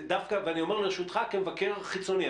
אני אומר לרשותך כמבקר חיצוני.